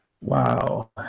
Wow